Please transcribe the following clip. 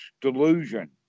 delusion